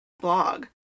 blog